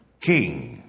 king